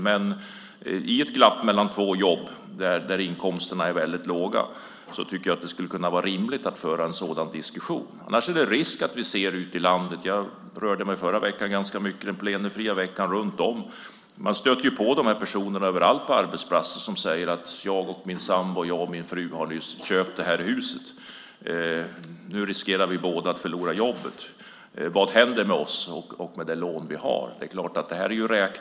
Men i ett glapp mellan två jobb där inkomsterna är väldigt låga tycker jag att det skulle kunna vara rimligt att föra en sådan diskussion. Jag rörde mig den förra, plenifria veckan ganska mycket runt om i landet. Överallt på arbetsplatserna stöter man på de här personerna som säger: Jag och min sambo, eller jag och min fru, har nyss köpt det här huset. Nu riskerar vi båda att förlora jobbet. Vad händer med oss och med de lån vi har?